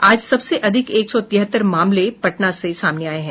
आज सबसे अधिक एक सौ तिहत्तर मामले पटना से सामने आये हैं